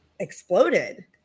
Exploded